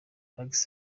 alexis